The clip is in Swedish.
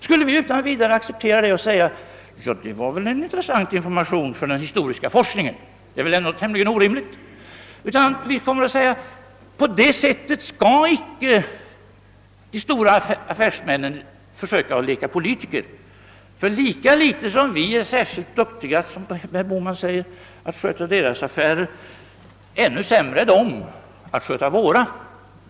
Skulle vi bara säga: Ja, det var ju en intressant information för den historiska forskningen? Nej, vi kommer att säga att de stora affärsmännen inte skall försöka leka politiker. Lika litet som vi är särskilt duktiga att sköta deras affärer lika litet eller ännu mindre kan de sköta våra.